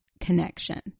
connection